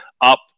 up